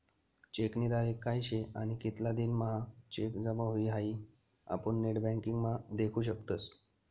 चेकनी तारीख काय शे आणि कितला दिन म्हां चेक जमा हुई हाई आपुन नेटबँकिंग म्हा देखु शकतस